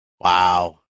Wow